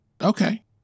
Okay